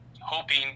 hoping